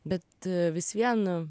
bet vis vien